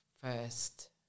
first